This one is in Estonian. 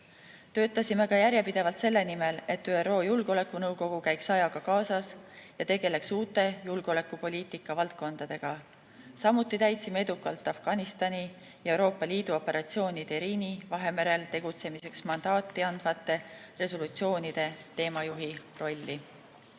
Töötasime ka järjepidevalt selle nimel, et ÜRO Julgeolekunõukogu käiks ajaga kaasas ja tegeleks uute julgeolekupoliitika valdkondadega. Samuti täitsime edukalt Afganistani ja Euroopa Liidu operatsioonile Irini Vahemerel tegutsemiseks mandaati andvate resolutsioonide teemajuhi rolli.